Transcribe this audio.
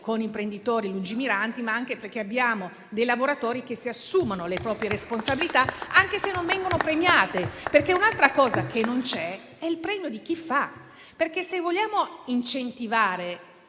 con imprenditori lungimiranti, ma anche perché abbiamo dei lavoratori che si assumono le proprie responsabilità, anche se non vengono premiati. Un'altra cosa che infatti non c'è è il premio per chi fa. Se vogliamo incentivare